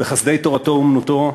בחסדי תורתו-אומנותו,